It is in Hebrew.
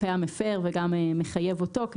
כלפי המפר וגם מחייב אותו.